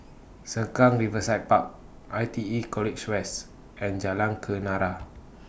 Sengkang Riverside Park I T E College West and Jalan Kenarah